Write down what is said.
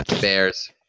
Bears